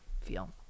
feel